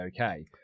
okay